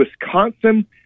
Wisconsin